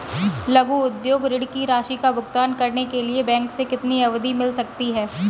लघु उद्योग ऋण की राशि का भुगतान करने के लिए बैंक से कितनी अवधि मिल सकती है?